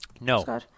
No